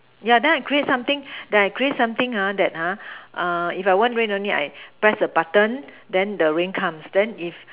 yeah then I create something then I create something ha that ha if it won't rain only I press the button then the rain comes then if